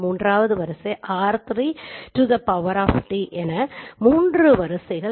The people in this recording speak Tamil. மூன்றாவது வரிசை r3 என குறிப்பிடப்படுகிறது